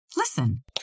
Listen